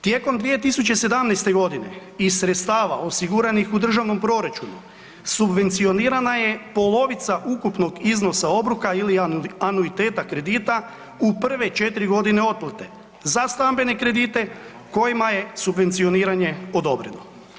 Tijekom 2017.g. iz sredstava osiguranih u državnom proračunu subvencionirana je polovica ukupnog iznosa obroka ili anuiteta kredita u prve 4.g. otplate za stambene kredite kojima je subvencioniranje odobreno.